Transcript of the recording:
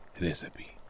recipe